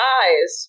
eyes